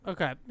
Okay